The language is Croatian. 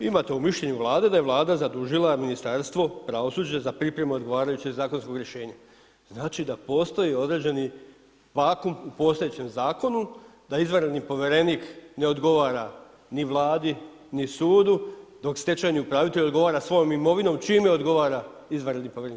Imate u mišljenju Vlade da je Vlada zadužila Ministarstvo pravosuđa za pripremu odgovarajućeg zakonskog rješenja, znači da postoji određeni vakuum u postojećem zakonu da izvanredni povjerenik ne odgovara ni Vladi, ni sudu, dok stečajni upravitelj odgovara svojom imovinom, čime odgovara izvanredni povjerenik?